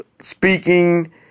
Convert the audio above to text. speaking